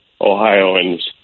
Ohioans